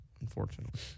unfortunately